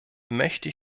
möchte